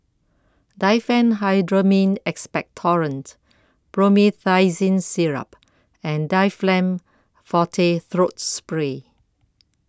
Diphenhydramine Expectorant Promethazine Syrup and Difflam Forte Throat Spray